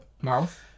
Mouth